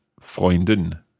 Freundin